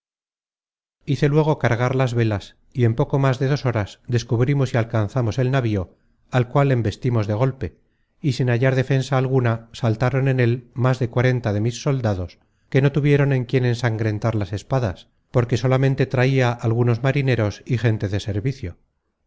hice luego cargar las velas y en poco más de dos horas descubrimos y alcanzamos el navio al cual embestimos de golpe y sin hallar defensa alguna saltaron en él mas de cuarenta de mis soldados que no tuvieron en quién ensangrentar las espadas porque solamente traia algunos marineros y gente de servicio